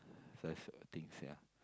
such a things ya